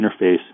interface